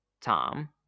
Tom